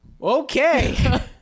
Okay